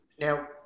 Now